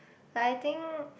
but I think